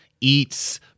eats